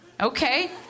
Okay